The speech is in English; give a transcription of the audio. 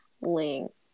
link